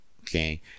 okay